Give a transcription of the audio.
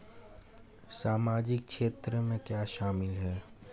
सामाजिक क्षेत्र में क्या शामिल है?